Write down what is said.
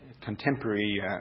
contemporary